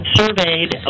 surveyed